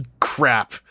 crap